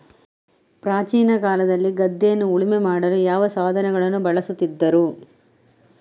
ಪ್ರಾಚೀನ ಕಾಲದಲ್ಲಿ ಗದ್ದೆಯನ್ನು ಉಳುಮೆ ಮಾಡಲು ಯಾವ ಸಾಧನಗಳನ್ನು ಬಳಸುತ್ತಿದ್ದರು?